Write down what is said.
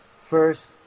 first